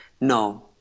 No